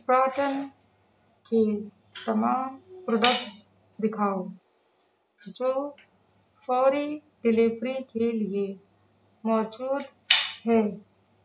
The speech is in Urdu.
کوٹن کے تمام پروڈکٹس دکھاؤ جو فوری ڈیلیوری کے لیے موجود ہیں